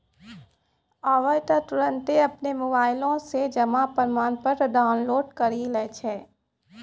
आबै त तुरन्ते अपनो मोबाइलो से जमा प्रमाणपत्र डाउनलोड करि लै छै